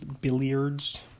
billiards